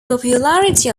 popularity